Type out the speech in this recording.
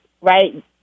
right